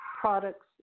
products